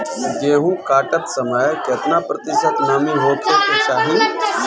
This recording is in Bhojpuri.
गेहूँ काटत समय केतना प्रतिशत नमी होखे के चाहीं?